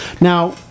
now